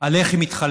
על איך היא מתחלקת.